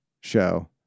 show